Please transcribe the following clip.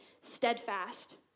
steadfast